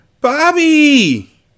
BOBBY